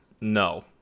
no